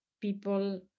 people